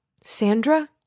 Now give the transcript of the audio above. Sandra